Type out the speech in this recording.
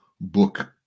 book